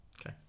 Okay